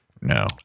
no